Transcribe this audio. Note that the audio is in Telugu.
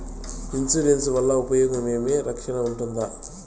ఇన్సూరెన్సు వల్ల ఉపయోగం ఏమి? రక్షణ ఉంటుందా?